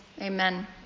Amen